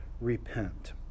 repent